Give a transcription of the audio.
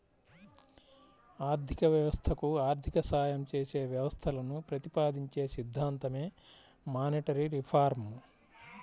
ఆర్థిక వ్యవస్థకు ఆర్థిక సాయం చేసే వ్యవస్థలను ప్రతిపాదించే సిద్ధాంతమే మానిటరీ రిఫార్మ్